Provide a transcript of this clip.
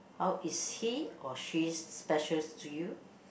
how is he or she special to you